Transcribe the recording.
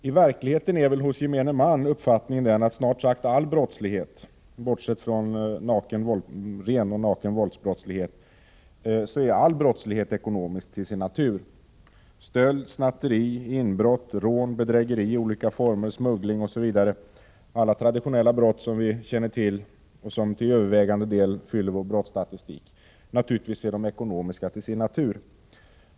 I verkligheten är väl hos gemene man uppfattningen att snart sagt all brottslighet, bortsett från ren och naken våldsbrottslighet, är ekonomisk till sin natur — stöld, snatteri, inbrott, bedrägeri, smuggling osv., dvs. alla traditionella brott som vi känner till och som till övervägande del fyller vår statistik. Naturligtvis är dessa brott ekonomiska till sin natur.